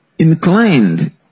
Inclined